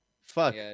Fuck